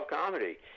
comedy